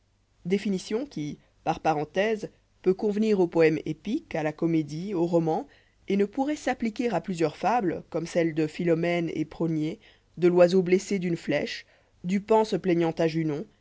définition qui par j renthèse peut convenir au poè'mè épique à la comédie au roman et ne poufroit s'appliquer à plusieurs fables comme celles de pliilomèle et progné de l'oiseau blessé d'une mèche du paon seplaignani à junon